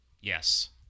Yes